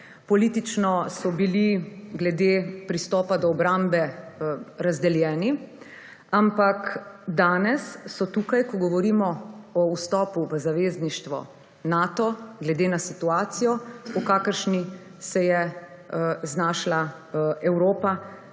Politično so bili glede pristopa do obrambe razdeljeni, ampak danes so tukaj, ko govorimo o vstopu v Zavezništvo Nato glede na situacijo, v kakršni se je znašla Evropa